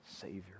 Savior